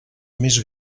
més